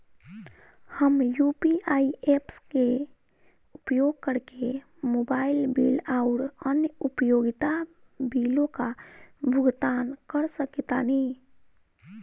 हम UPI apps के उपयोग करके मोबाइल बिल आउर अन्य उपयोगिता बिलों का भुगतान कर सकतानी